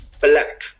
black